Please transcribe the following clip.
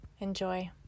Enjoy